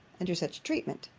under such treatment.